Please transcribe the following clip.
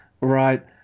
right